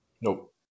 Nope